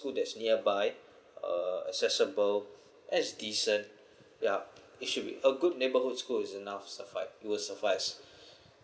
school that is nearby uh accessible as decent yup it should be a good neighborhood school is enough suffice would suffice